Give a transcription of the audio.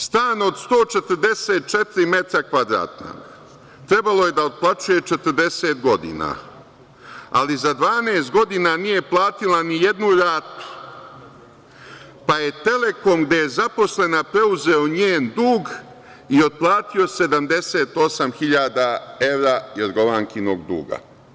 Stan od 144 metara kvadratna trebalo je da otplaćuje 40 godina, ali za 12 godina nije platila nijednu ratu, pa je „Telekom“, gde je zaposlena preuzeo njen dug i otplatio 78.000 evra Jorgovankinog duga.